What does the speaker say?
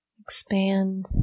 Expand